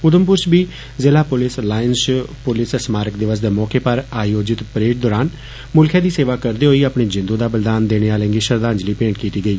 उघमपुर च बी जिला पुलिस लाईन्ज च पुलिस स्मारक दिवस दे मौके पर आयोजित परेड दौरान मुल्खै दी सेवा करदे होई अपनी जिन्दु दा बलिदान देने आह्लें गी श्रद्धांजलि भेंट कीती गेई